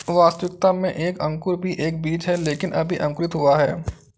वास्तविकता में एक अंकुर भी एक बीज है लेकिन अभी अंकुरित हुआ है